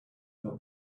about